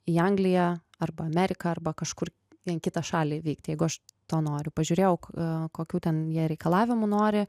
į angliją arba ameriką arba kažkur į kitą šalį vykti jeigu aš to noriu pažiūrėjau ko kokių ten jie reikalavimų nori